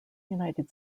united